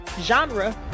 genre